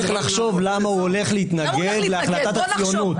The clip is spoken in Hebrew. צריך לחשוב למה הוא הולך להתנגד להחלטת הציונות.